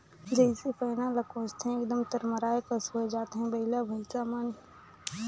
जइसे पैना ल कोचथे एकदम तरमराए कस होए जाथे बइला भइसा मन